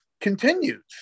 continues